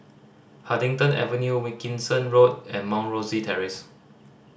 Huddington Avenue Wilkinson Road and Mount Rosie Terrace